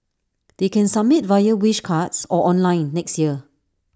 they can submit via wish cards or online next year